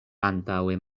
antaŭe